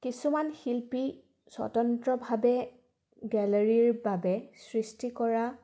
কিছুমান শিল্পী স্বতন্ত্ৰভাৱে গেলেৰীৰ বাবে সৃষ্টি কৰা